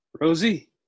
Rosie